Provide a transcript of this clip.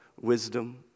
wisdom